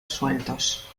sueltos